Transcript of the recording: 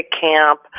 camp